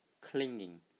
clinging